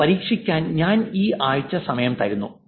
ഇത് പരീക്ഷിക്കാൻ ഞാൻ ഈ ആഴ്ച സമയം തരുന്നു